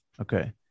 Okay